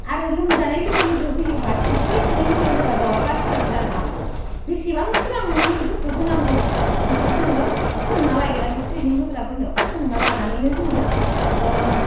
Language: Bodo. आरो लोमजानाय लोगो लोगो होयोबा थेनथावबाय थानायावनो मुलि होबा दाउवा बासियाबो जानो हागौ बेसेबां सिगां मुलिफोरखौ होनांगौ बेखौ जोङो सोंना लायोरा बे ट्रेनिं होग्राफोरनियाव सोंना लानानैनो जोङो